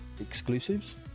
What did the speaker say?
exclusives